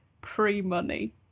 pre-money